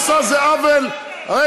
מה שאת עושה זה עוול רגע,